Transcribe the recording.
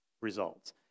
results